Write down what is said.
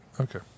Okay